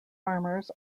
farmers